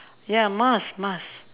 ya must must